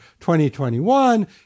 2021